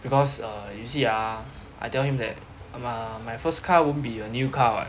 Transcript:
because err you see ah I tell him that uh my my first car won't be a new car what